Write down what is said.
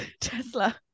Tesla